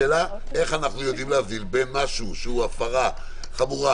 השאלה איך אנחנו יודעים להבדיל בין משהו שהוא הפרה חמורה,